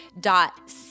dot